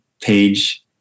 page